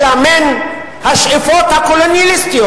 אלא מהשאיפות הקולוניאליסטיות.